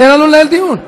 תן לנו לנהל דיון.